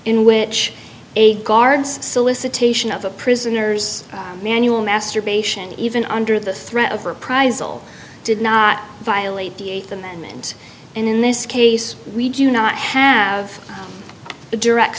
in which a guard's solicitation of a prisoner's manual masturbation even under the threat of reprisal did not violate the eighth amendment and in this case we do not have a direct